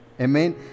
Amen